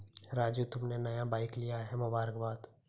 राजू तुमने नया बाइक लिया है मुबारकबाद